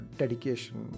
dedication